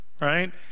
right